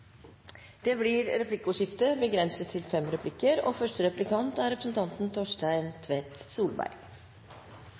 det blir gitt anledning til replikkordskifte begrenset til fem replikker